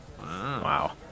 Wow